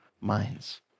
minds